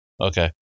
okay